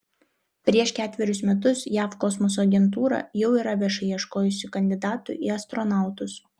prieš ketverius metus jav kosmoso agentūra jau yra viešai ieškojusi kandidatų į astronautus